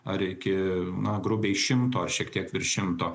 ar iki na grubiai šimto ar šiek tiek virš šimto